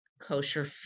kosher